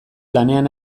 lanean